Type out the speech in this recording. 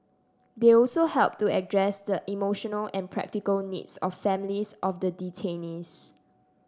they also helped to address the emotional and practical needs of families of the detainees